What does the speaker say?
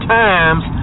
times